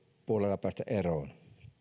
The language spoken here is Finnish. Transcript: puolella päästä eroon